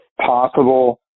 possible